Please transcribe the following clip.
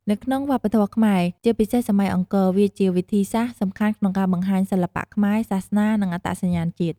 នៅក្នុងវប្បធម៌ខ្មែរ ជាពិសេសសម័យអង្គរ វាជាវិធីសាស្រ្តសំខាន់ក្នុងការបង្ហាញសិល្បៈខ្នែរ សាសនា និងអត្តសញ្ញាណជាតិខ្មែរ។